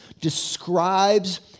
describes